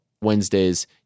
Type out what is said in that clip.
Wednesdays